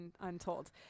untold